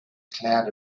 cloud